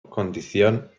condición